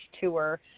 Tour